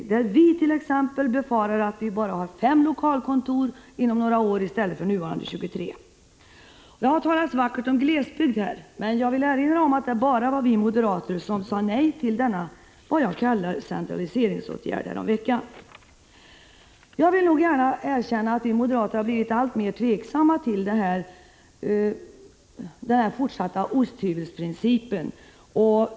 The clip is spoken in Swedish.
I Värmland befarar vi t.ex. att det inom några år kommer att finnas bara 5 lokalkontor i stället för nuvarande 23. Det har här talats vackert om glesbygd, men jag vill erinra om att det bara var vi moderater som häromveckan sade nej till denna, som jag kallar det, centraliseringsåtgärd. Jag kan gärna erkänna att vi moderater har blivit alltmer tveksamma till om man i fortsättningen kan tillämpa osthyvelsprincipen.